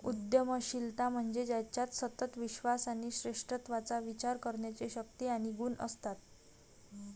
उद्यमशीलता म्हणजे ज्याच्यात सतत विश्वास आणि श्रेष्ठत्वाचा विचार करण्याची शक्ती आणि गुण असतात